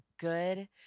good